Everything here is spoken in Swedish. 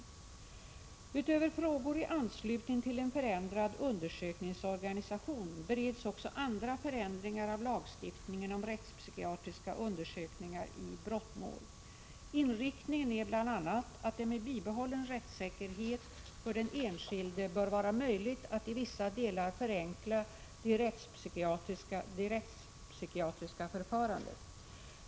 Utöver frågor i anslutning till en förändrad undersökningsorganisation bereds också andra förändringar av lagstiftningen om rättspsykiatriska undersökningar i brottmål. Inriktningen är bl.a. att det med bibehållen rättssäkerhet för den enskilde bör vara möjligt att i vissa delar förenkla det rättspsykiatriska förfarandet.